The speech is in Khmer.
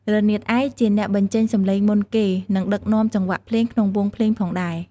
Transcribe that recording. រនាតឯកជាអ្នកបញ្ចេញសំឡេងមុនគេ និងដឹកនាំចង្វាក់ភ្លេងក្នុងវង់ភ្លេងផងដែរ។